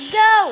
go